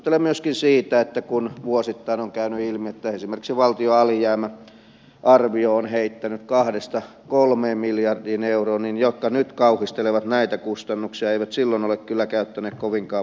muistuttelen myöskin siitä että kun vuosittain on käynyt ilmi että esimerkiksi valtion alijäämäarvio on heittänyt kahdesta kolmeen miljardiin euroon niin ne jotka nyt kauhistelevat näitä kustannuksia eivät silloin ole kyllä käyttäneet kovinkaan monta puheenvuoroa